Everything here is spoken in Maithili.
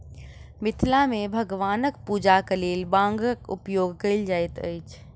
मिथिला मे भगवानक पूजाक लेल बांगक उपयोग कयल जाइत अछि